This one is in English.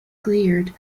cleared